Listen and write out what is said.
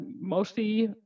mostly